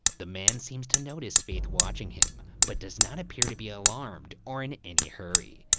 the man seems to notice faith watching him, but does not appear to be alarmed or in any hurry.